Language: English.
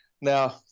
Now